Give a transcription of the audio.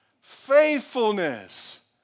faithfulness